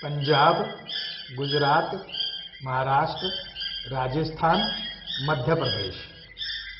Punjab Gujarat Maharashtra Rajasthan Madhya Pradesh